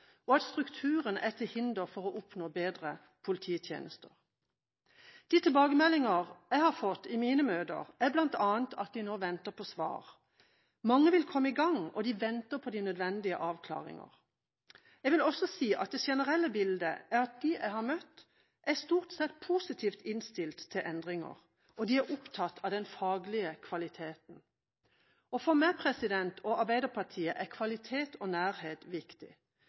og at strukturen er til hinder for å oppnå bedre polititjenester. De tilbakemeldinger jeg har fått i mine møter, er bl.a. at de nå venter på svar. Mange vil komme i gang, og de venter på de nødvendige avklaringer. Jeg vil også si at det generelle bildet er at de jeg har møtt, stort sett er positivt innstilt til endringer. Og de er opptatt av den faglige kvaliteten. For meg og Arbeiderpartiet er kvalitet og nærhet viktig.